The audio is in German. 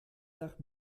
nach